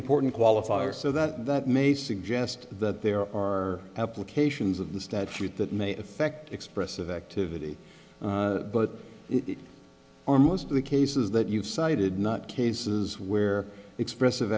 important qualifier so that that may suggest that there are applications of the statute that may affect expressive activity but it or most of the cases that you've cited not cases where expressive